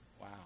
Wow